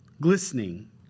glistening